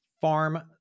Farm